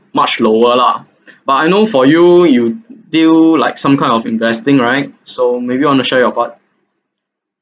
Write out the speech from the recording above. much lower lah but I know for you you deal like some kind of investing right so maybe you want to share your part